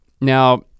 Now